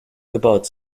gebaut